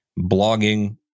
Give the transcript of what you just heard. blogging